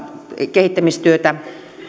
kehittämistyötä